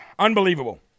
Unbelievable